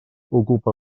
ocupa